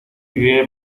incliné